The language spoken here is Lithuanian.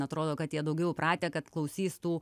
atrodo kad jie daugiau įpratę kad klausys tų